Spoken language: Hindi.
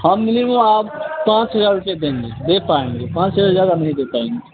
हम ली वो आप पाँच हज़ार रुपये देंगे दे पाएँगे पाँच हज़ार से ज़्यादा नहीं दे पाएँगे